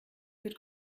wird